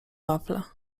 wafle